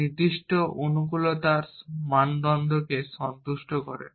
যা নির্দিষ্ট অনুকূলতার মানদণ্ডকে সন্তুষ্ট করে